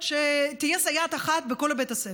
שתהיה סייעת אחת בכל בית הספר,